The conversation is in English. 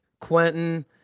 Quentin